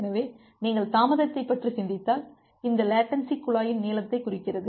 எனவே நீங்கள் தாமதத்தைப் பற்றி சிந்தித்தால் இந்த லேட்டன்சி குழாயின் நீளத்தைக் குறிக்கிறது